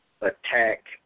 attack